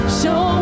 show